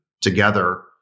together